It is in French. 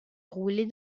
rouler